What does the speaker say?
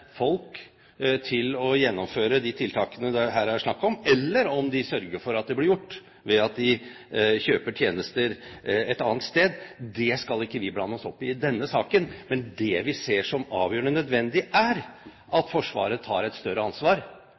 folk til å gjennomføre de tiltakene det her er snakk om, eller om de sørger for at det blir gjort ved at de kjøper tjenester et annet sted, skal ikke vi blande oss opp i i denne saken. Men det vi ser som avgjørende nødvendig, er at Forsvaret tar et større ansvar